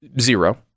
zero